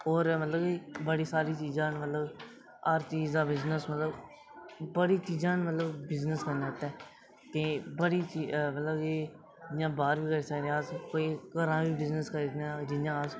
होर मतलब कि बड़ी सारी चीजां न मतलब कि हर चीज दा बिजनेस मतलब बड़ी चीजां न मतलब बिजनेस करने आस्तै ते मतलब कि जि'यां बाह्र निं जाई सकदे अस घरा बी बिजनेस करी सकने अस जि'यां